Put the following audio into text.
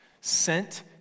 sent